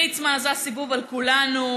ליצמן עשה סיבוב על כולנו.